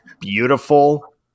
beautiful